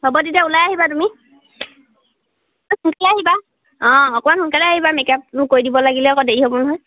হ'ব তেতিয়া ওলাই আহিবা তুমি এই খোজ কাঢ়ি আহিবা অঁ অকণমান সোনকালে আহিবা মেক আপ কৰি দিব লাগিলে আকৌ দেৰি হ'ব নহয়